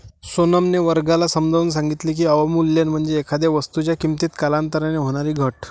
सोनमने वर्गाला समजावून सांगितले की, अवमूल्यन म्हणजे एखाद्या वस्तूच्या किमतीत कालांतराने होणारी घट